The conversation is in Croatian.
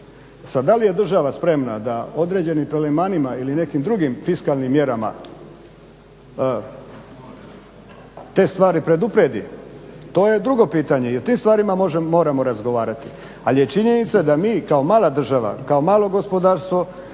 da li je država spremna da određenim … ili nekim drugim fiskalnim mjerama te stvari preupredi to je drugo pitanje i o tim stvarima moramo razgovarati. Ali je činjenica da mi kao mala država kao malo gospodarstvo,